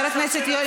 מה אני אעשה עם זה?